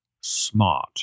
smart